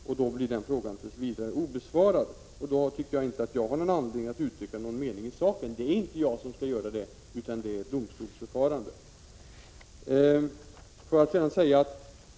Därför kvarstår denna fråga tills vidare obesvarad, och då tycker jag inte att jag har anledning att uttrycka någon mening i saken. Det är inte jag som skall göra det, utan det är en fråga för domstolen.